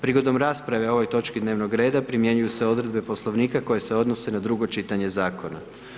Prigodom rasprave o ovoj točci dnevnog reda, primjenjuju se odredbe Poslovnika koje se odnose na drugo čitanje zakona.